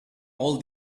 all